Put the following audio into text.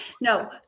No